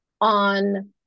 on